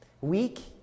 weak